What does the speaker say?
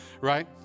right